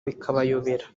bikabayobera